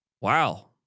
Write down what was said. Wow